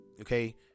Okay